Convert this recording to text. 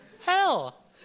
hell